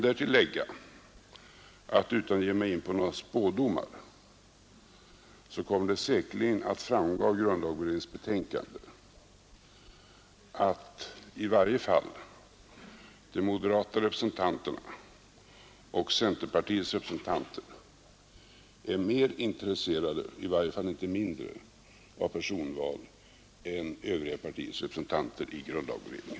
Utan att ge mig in på några spådomar kan jag därtill lägga att det säkerligen kommer att framgå av grundlagberedningens betänkande att i varje fall de moderata representanterna och centerpartiets representanter är mer intresserade — i varje fall inte mindre — av personval än övriga partiers representanter i grundlagberedningen.